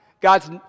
God's